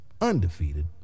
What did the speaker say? Undefeated